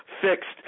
fixed